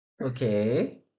Okay